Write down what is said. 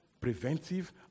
preventive